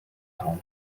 town